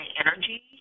energy